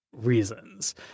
reasons